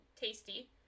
tasty